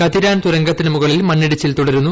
കതിരാൻ തുരങ്കത്തിന് മുകളിൽ മണ്ണിടിച്ചിൽ തുടരുന്നു